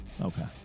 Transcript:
Okay